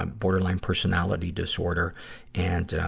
ah borderline personality disorder and, ah,